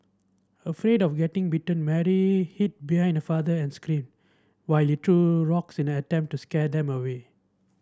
afraid of getting bitten Mary hid behind her father and screamed while threw rocks in an attempt to scare them away